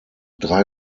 drei